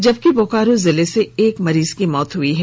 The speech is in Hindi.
जबकि बोकारो जिले से एक मरीज की मौत हुई है